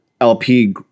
LP